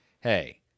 Hey